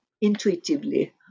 intuitively